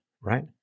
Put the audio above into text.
right